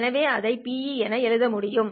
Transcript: எனவே இதை Pe என எழுத முடியும்